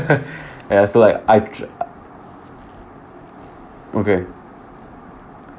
so like I tr~ I okay